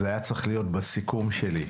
זה היה צריך להיות בסיכום שלי.